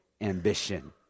ambition